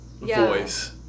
voice